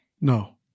No